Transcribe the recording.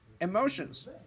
emotions